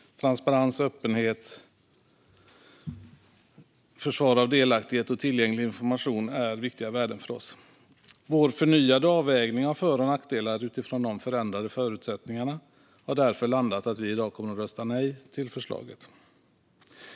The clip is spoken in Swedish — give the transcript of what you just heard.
Transparens, öppenhet, försvar av delaktighet och tillgänglig information är viktiga värden för oss. Vår förnyade avvägning av för och nackdelar utifrån de förändrade förutsättningarna har landat i att vi i dag kommer att rösta nej till förslaget.